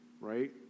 right